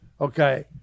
okay